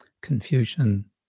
Confucian